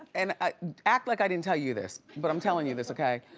and act like i didn't tell you this but i'm telling you this, okay?